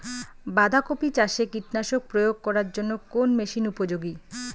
বাঁধা কপি চাষে কীটনাশক প্রয়োগ করার জন্য কোন মেশিন উপযোগী?